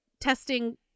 testing